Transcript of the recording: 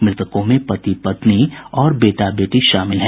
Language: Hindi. मृतकों में पति पत्नी और बेटा बेटी शामिल हैं